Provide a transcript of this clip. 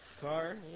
car